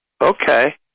Okay